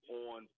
on